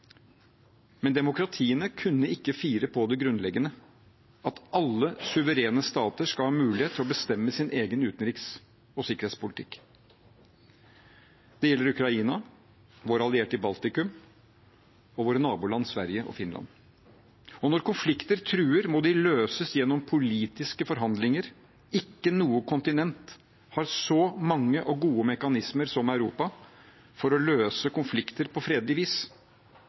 Men demokratiene kunne ikke fire på det grunnleggende; at alle suverene stater skal ha mulighet til å bestemme sin egen utenriks- og sikkerhetspolitikk. Det gjelder Ukraina, våre allierte i Baltikum og våre naboland Sverige og Finland. Når konflikter truer, må de løses gjennom politiske forhandlinger. Ikke noe kontinent har så mange og gode mekanismer som Europa for å løse konflikter på fredelig vis.